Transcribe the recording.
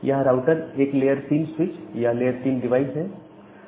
यहां राउटर एक layer 3 switch या लेयर 3 डिवाइस है